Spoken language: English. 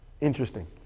Interesting